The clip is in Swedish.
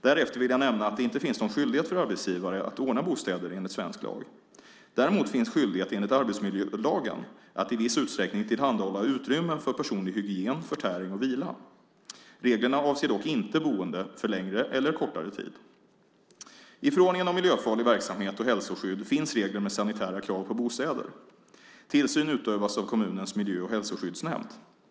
Därefter vill jag nämna att det inte finns någon skyldighet för arbetsgivare att ordna bostäder enligt svensk lag. Däremot finns skyldighet enligt arbetsmiljölagen att i viss utsträckning tillhandahålla utrymmen för personlig hygien, förtäring och vila. Reglerna avser dock inte boende för längre eller kortare tid. I förordningen om miljöfarlig verksamhet och hälsoskydd finns regler med sanitära krav på bostäder. Tillsyn utövas av kommunens miljö och hälsoskyddsnämnd.